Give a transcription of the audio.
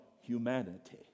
humanity